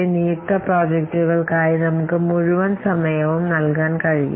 നിയുക്ത പ്രോജക്റ്റുകൾക്കായി നമുക്ക് മുഴുവൻ സമയവും നൽകാൻ കഴിയില്ല